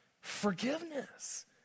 forgiveness